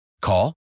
Call